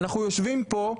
אנחנו יושבים פה,